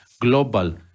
global